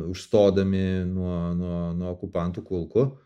užstodami nuo nuo nuo okupantų kulkų